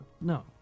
no